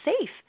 safe